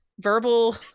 verbal